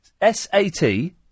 S-A-T